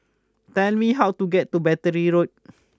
please tell me how to get to Battery Road